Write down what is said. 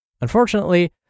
Unfortunately